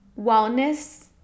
wellness